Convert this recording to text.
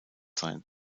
sein